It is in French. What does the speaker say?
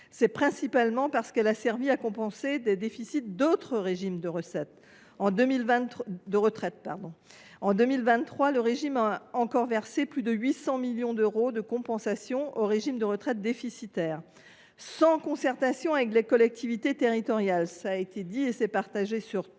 c’est principalement parce qu’elle a servi à compenser des déficits d’autres régimes de retraite. En 2023, le régime a encore versé plus de 800 millions d’euros de compensations aux régimes de retraite déficitaires, sans concertation avec les collectivités territoriales, ce que l’ensemble des sénateurs